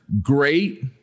great